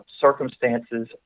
circumstances